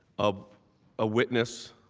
of a witness,